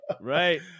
Right